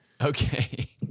Okay